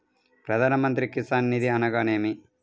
ప్రధాన మంత్రి కిసాన్ నిధి అనగా నేమి?